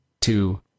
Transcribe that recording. two